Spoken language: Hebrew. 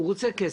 הוא רוצה כסף,